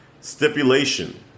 stipulation